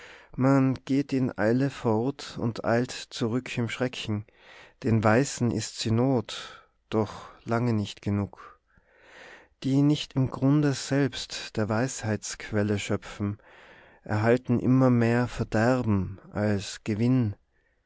man geht in eile fort und eilt zurück im schrecken den weisen ist sie noth doch lange nicht genug die nicht im grunde selbst der weistheitsquelle schöpfen erhalten immer mehr verderben als gewinn